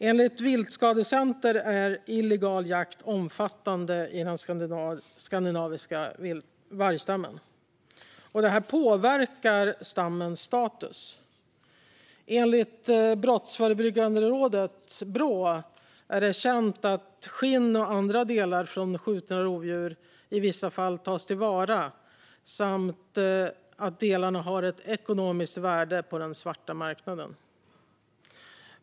Enligt Viltskadecenter är illegal jakt omfattande när det gäller den skandinaviska vargstammen. Detta påverkar stammens status. Enligt Brottsförebyggande rådet, Brå, är det känt att skinn och andra delar från skjutna rovdjur i vissa fall tas till vara samt att delarna har ett ekonomiskt värde på den svarta marknaden.